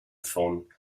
von